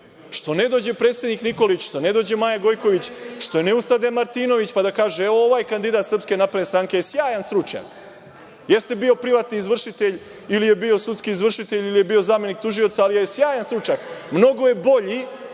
Što ne dođe predsednik Nikolić, što ne dođe Maja Gojković, što ne ustade Martinović, pa da kaže – ovaj kandidat Srpske napredne stranke je sjajan stručnjak, jeste bio privatni izvršitelj ili je bio sudskih izvršitelj ili je bio zamenik tužioca, ali je sjajan stručnjak, mnogo je bolji